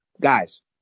guys